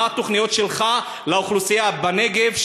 מה התוכניות שלך לאוכלוסייה בנגב,